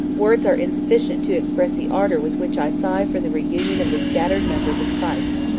words are insufficient to express the ardor with which i sigh for the reunion of the scattered members of christ.